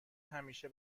همیشه